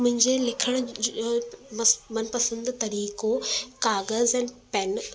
मुंहिंजे लिखण जो मस्त मनपसंदि तरीको काग़ज़ु ऐं पेन